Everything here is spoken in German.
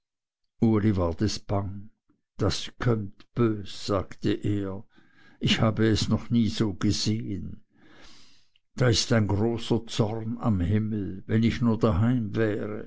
das kömmt bös sagte er ich habe es noch nie so gesehen da ist ein großer zorn am himmel wenn ich nur daheim wäre